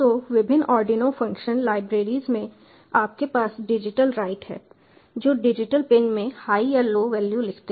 तो विभिन्न Arduino function libraries में आपके पास डिजिटल राइट है जो डिजिटल पिन में हाई या लो वैल्यू लिखते हैं